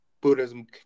Buddhism